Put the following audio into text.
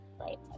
right